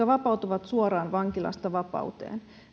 jotka vapautuvat suoraan vankilasta vapauteen